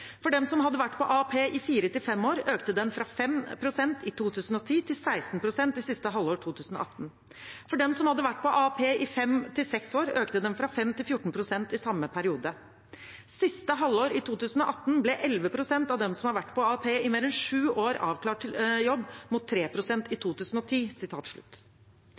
For dem som hadde vært på AAP i fire til fem år, økte den fra 5 prosent i 2010 til 16 prosent siste halvår i 2018. For dem som hadde vært på AAP i fem til seks år, økte den fra 5 til 14 prosent i samme periode. Siste halvår i 2018 ble 11 prosent av dem som har vært på AAP i mer enn sju år avklart til jobb, mot 3 prosent i 2010.»